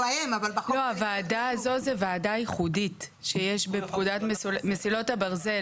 הוועדה הזו היא וועדה ייחודית שיש בפקודת מסילות הברזל.